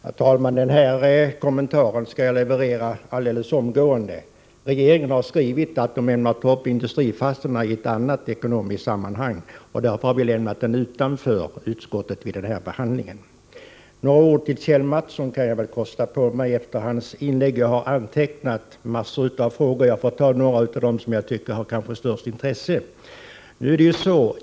Herr talman! Den kommentaren skall jag leverera alldeles omgående. Regeringen har skrivit att den ämnar ta upp industrifastigheterna i ett annat sammanhang, och därför har vi lämnat dem utanför utskottsbehandlingen den här gången. Några ord till Kjell Mattsson kan jag väl kosta på mig efter hans inlägg. Jag har antecknat massor av frågor, och jag får ta upp några av dem som jag tycker har störst intresse.